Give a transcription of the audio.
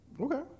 Okay